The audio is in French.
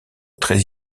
très